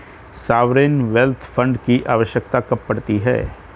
Sovereign wealth fund की आवश्यकता कब पड़ती है?